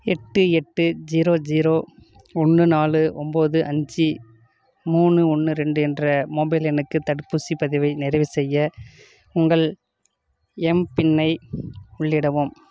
எட்டு எட்டு zero zero ஒன்று நாலு ஒன்பது அஞ்சு மூணு ஒன்று இரண்டு என்ற மொபைல் எண்ணுக்கு தடுப்பூசிப் பதிவை நிறைவுசெய்ய உங்கள் எம்பின்னை உள்ளிடவும்